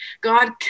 God